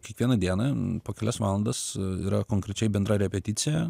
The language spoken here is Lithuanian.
kiekvieną dieną po kelias valandas yra konkrečiai bendra repeticija